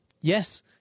Yes